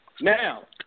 Now